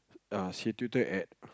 ah she tilted at